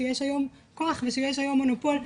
שיש היום כוח ושיש היום מונופול,